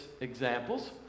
examples